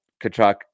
kachuk